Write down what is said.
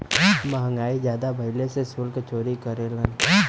महंगाई जादा भइले से सुल्क चोरी करेलन